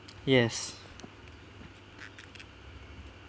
yes